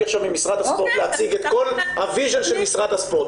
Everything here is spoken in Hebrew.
עכשיו ממשרד הספורט להציג את כל החזון של משרד הספורט.